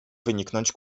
wyniknąć